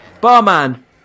Barman